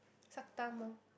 suck thumb lor